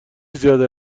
زیاده